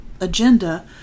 agenda